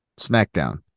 SmackDown